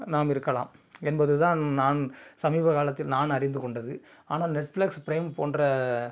நாம் இருக்கலாம் என்பதுதான் நான் சமீபகாலத்தில் நான் அறிந்துகொண்டது ஆனால் நெட்ஃப்ளக்ஸ் ப்ரேம் போன்ற